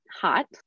hot